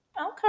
Okay